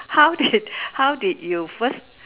how did how did you first